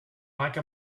like